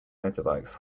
motorbikes